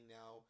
now